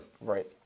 Right